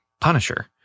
Punisher